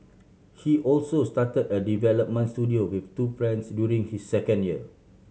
he also started a development studio with two friends during his second year